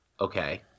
Okay